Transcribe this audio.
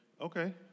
Okay